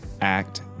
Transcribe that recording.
act